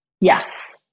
yes